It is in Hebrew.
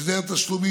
הסדר תשלומים